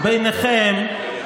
אלה שמתנגדים לכם הם